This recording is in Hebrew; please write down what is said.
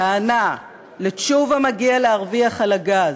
טענה: לתשובה מגיע להרוויח על הגז.